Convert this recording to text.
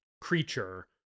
creature